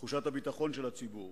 תחושת הביטחון של הציבור: